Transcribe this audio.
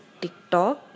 TikTok